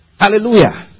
Hallelujah